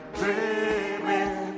dreaming